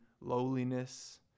lowliness